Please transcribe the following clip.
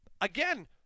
Again